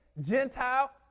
Gentile